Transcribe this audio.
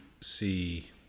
see